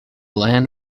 land